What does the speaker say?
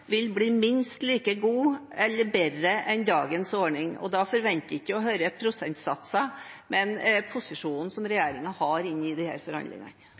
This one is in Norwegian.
vil bli minst like god eller bedre enn dagens ordning. Da forventer jeg ikke å høre prosentsatser, men posisjonen som regjeringen har inn i